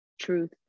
truth